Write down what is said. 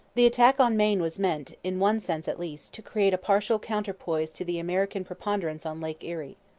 the attack on maine was meant, in one sense at least, to create a partial counterpoise to the american preponderance on lake erie.